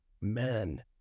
men